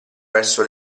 verso